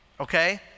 Okay